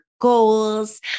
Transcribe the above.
goals